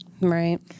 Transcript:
Right